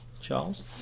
Charles